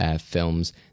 films